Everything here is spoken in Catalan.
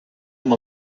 amb